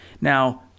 Now